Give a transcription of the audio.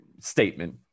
statement